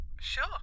sure